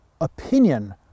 opinion